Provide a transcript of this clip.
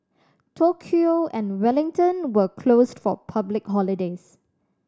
Tokyo and Wellington were closed for public holidays